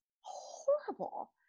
horrible